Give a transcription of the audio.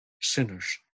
sinners